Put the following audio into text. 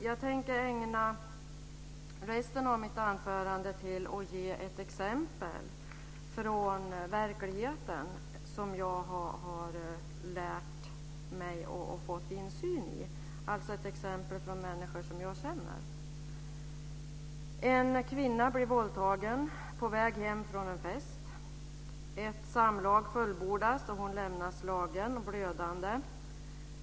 Jag tänker ägna resten av mitt anförande åt att ge ett exempel från verkligheten som jag lärt mig och fått insyn i. Det är ett exempel från människor som jag känner. En kvinna blir våldtagen på väg hem från en fest. Ett samlag fullbordas och hon lämnas slagen och blödande.